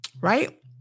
Right